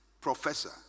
professor